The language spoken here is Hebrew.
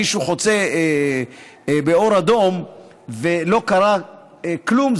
מישהו חוצה באור אדום ולא קרה כלום,